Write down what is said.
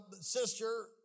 sister